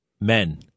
Men